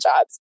jobs